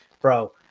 bro